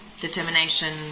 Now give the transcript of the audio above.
determination